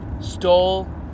Stole